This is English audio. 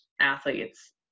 athletes